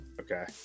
Okay